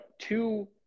two